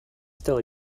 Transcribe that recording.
still